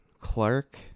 Clark